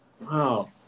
Wow